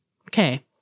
Okay